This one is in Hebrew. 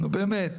נו, באמת.